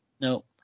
no